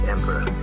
Emperor